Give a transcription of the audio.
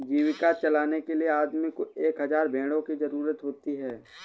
जीविका चलाने के लिए आदमी को एक हज़ार भेड़ों की जरूरत होती है